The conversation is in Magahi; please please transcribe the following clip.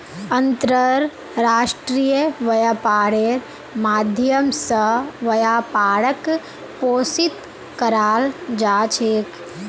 अन्तर्राष्ट्रीय व्यापारेर माध्यम स व्यापारक पोषित कराल जा छेक